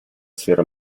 sfera